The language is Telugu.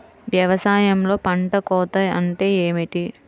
వ్యవసాయంలో పంట కోత అంటే ఏమిటి?